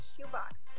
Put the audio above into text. shoebox